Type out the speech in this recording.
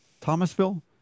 Thomasville